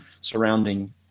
surrounding